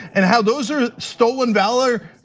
and how those are stolen valor?